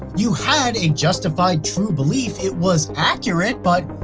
you had a justified true belief, it was accurate, but.